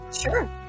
Sure